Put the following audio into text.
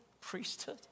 priesthood